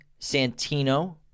Santino